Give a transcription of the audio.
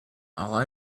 all